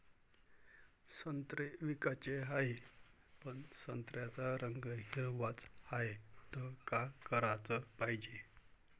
संत्रे विकाचे हाये, पन संत्र्याचा रंग हिरवाच हाये, त का कराच पायजे?